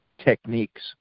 techniques